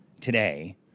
Today